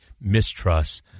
mistrust